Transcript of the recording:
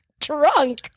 Drunk